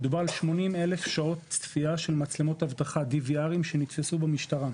מדובר על 80,000 שעולת צפייה של מצלמות אבטחה שנתפסו במשטרה.